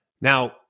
Now